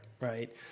right